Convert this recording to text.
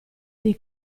dei